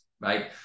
Right